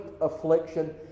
affliction